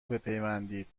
بپیوندید